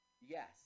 Yes